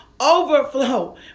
overflow